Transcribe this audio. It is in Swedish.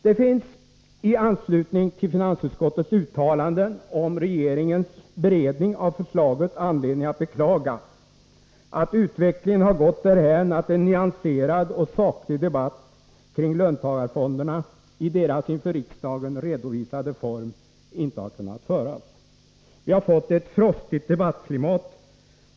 Det finns i anslutning till finansutskottets uttalanden om regeringens beredning av förslaget anledning att beklaga att utvecklingen har gått därhän att en nyanserad och saklig debatt om löntagarfonderna i deras inför riksdagen redovisade form inte har kunnat föras. Vi har fått ett frostigt debattklimat.